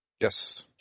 Yes